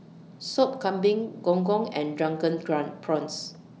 Sop Kambing Gong Gong and Drunken Prawn Prawns